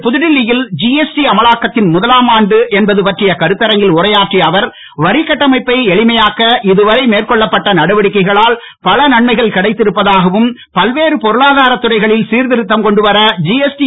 இன்று புதுடெல்லியில் ஜிஎஸ்டி அமலாக்கத்தின் முதலாமாண்டு என்பது பற்றிய கருத்தரங்கில் உரையாற்றிய வரிகட்டமைப்பை எளிமையாக்க இதுவரை மேற்கொள்ளப்பட்ட நடவடிக்கைகளால் பல நன்மைகள் கிடைத்திருப்பதாகவும் பல்வேறு பொருளாதார துறைகளில் சிர்திருத்தம் கொண்டு வர ஜிஎஸ்டி